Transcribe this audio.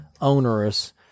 onerous